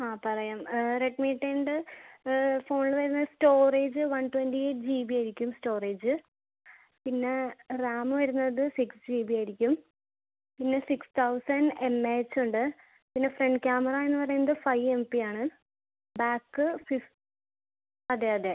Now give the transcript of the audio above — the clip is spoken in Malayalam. ആ പറയാം റെഡ്മി ടെണ്ട് ഫോണിൽ വരുന്ന storage one twenty eight G ബിയായിരിക്കും സ്റ്റോറേജ് പിന്നെ റാമ് വരുന്നത് സിക്സ് ജി ബിയായിരിക്കും പിന്നെ സിക്സ് തൗസൻഡ് എം എ എച്ചുണ്ട് പിന്നെ ഫ്രണ്ട് ക്യാമറ എന്ന് പറയുന്നത് ഫൈവ് എം പിയാണ് ബാക്ക് ഫിഫ് അതെ അതെ